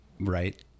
right